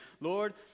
Lord